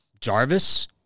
Jarvis